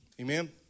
Amen